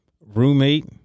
Roommate